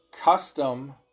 custom